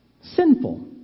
Sinful